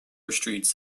streets